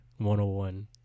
101